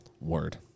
word